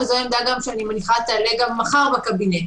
וזו גם העמדה שאני מניחה שתעלה מחר בקבינט.